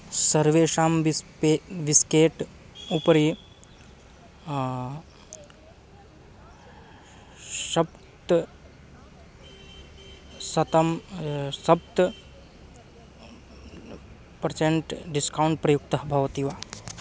सर्वेषां बिस्पे विस्केट् उपरि सप्तशतं सप्त पर्सेण्ट् डिस्कौण्ट् प्रयुक्तः भवति वा